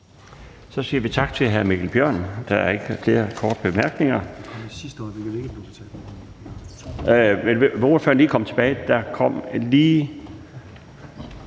Så siger vi tak til hr. Mikkel Bjørn. Der er ikke flere korte bemærkninger.